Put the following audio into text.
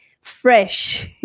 fresh